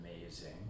amazing